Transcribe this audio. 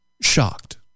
shocked